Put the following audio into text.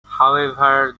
however